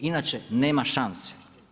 Inače, nema šanse.